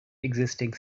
existing